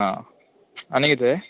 आं आनी कितें